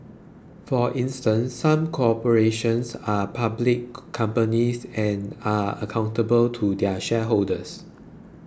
for instance some corporations are public companies and are accountable to their shareholders